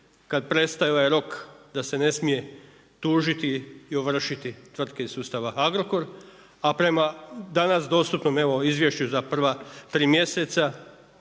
kad prestaje ovaj rok da se ne smije tužiti i ovršiti tvrtke iz sustava Agrokor, a prema danas dostupnom evo izvješću za prva 3 mjeseca,